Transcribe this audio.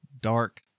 dark